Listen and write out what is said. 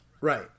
Right